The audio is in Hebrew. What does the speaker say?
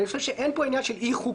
אני חושב שאין פה עניין של אי-חוקיות,